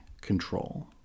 control